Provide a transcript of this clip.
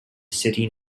city